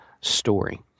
story